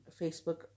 Facebook